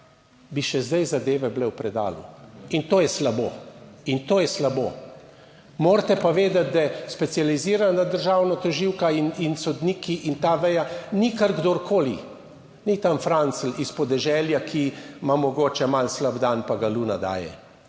bi še zdaj zadeve bile v predalu in to je slabo in to je slabo. Morate pa vedeti, da specializirana državna tožilka in sodniki in ta veja ni kar kdorkoli, ni tam Francelj iz podeželja, ki ima mogoče malo slab dan, pa ga luna daje.